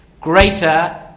Greater